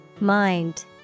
Mind